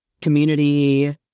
community